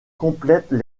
complètent